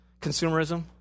Consumerism